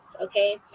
okay